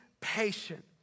patient